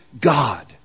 God